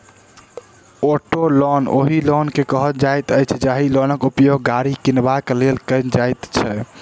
auto loan ओहि loan के कहल जाइत अछि, जाहि लोनक उपयोग गाड़ी किनबाक लेल कयल जाइत छै